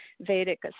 Vedic